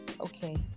okay